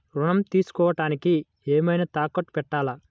ఋణం తీసుకొనుటానికి ఏమైనా తాకట్టు పెట్టాలా?